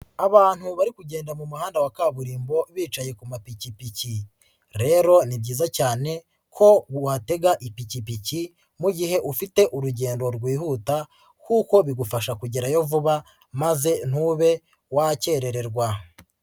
Abantu bari kugenda mu muhanda wa kaburimbo bicaye ku mapikipiki, rero ni byiza cyane ko watega ipikipiki mu gihe ufite urugendo rwihuta kuko bigufasha kugerayo vuba maze ntube wakerererwa.